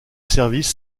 services